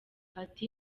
ati